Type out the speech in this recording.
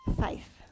faith